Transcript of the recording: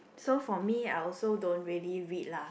so for me I also don't really read lah